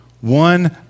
one